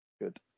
Good